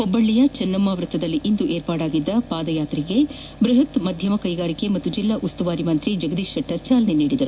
ಹುಬ್ಬಳ್ಳಿಯ ಚನ್ನಮ್ಮ ವೃತ್ತದಲ್ಲಿಂದು ಏರ್ಪಡಿಸಲಾಗಿದ್ದ ಪಾದಯಾತ್ರೆಗೆ ಬೃಹತ್ ಮಧ್ಯಮ ಕೈಗಾರಿಕೆ ಹಾಗೂ ಜೆಲ್ಲಾ ಉಸ್ತುವಾರಿ ಸಚಿವ ಜಗದೀಶ ಶೆಟ್ಟರ್ ಚಾಲನೆ ನೀಡಿದರು